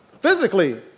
physically